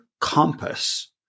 compass